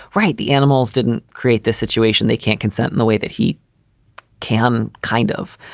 right. the animals didn't create the situation they can't consent in the way that he can kind of